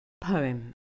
Poem